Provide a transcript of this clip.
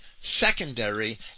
secondary